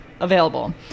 available